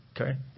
okay